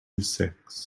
six